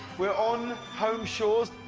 we're on home shores.